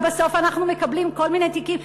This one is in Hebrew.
ובסוף אנחנו מקבלים כל מיני תיקים?